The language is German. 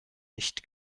nicht